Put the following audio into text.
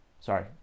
Sorry